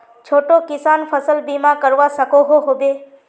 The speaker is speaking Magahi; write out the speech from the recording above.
छोटो किसान फसल बीमा करवा सकोहो होबे?